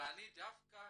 ואני דווקא